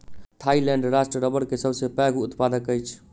Thailand राष्ट्र रबड़ के सबसे पैघ उत्पादक अछि